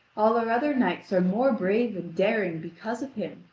all our other knights are more brave and daring because of him,